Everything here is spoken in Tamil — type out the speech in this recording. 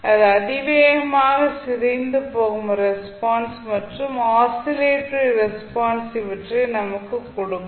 அது அதிவேகமாக சிதைந்து போகும் ரெஸ்பான்ஸ் மற்றும் ஆசிலேட்டரி ரெஸ்பான்ஸ் இவற்றை நமக்கு கொடுக்கும்